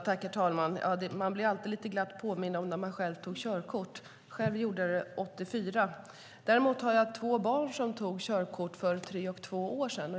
Herr talman! Man blir alltid lite glad när man blir påmind om när man själv tog körkort. Jag gjorde det 1984. Däremot har jag två barn som tog körkort för tre och två år sedan.